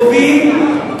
אבסולוטית.